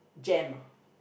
jam ah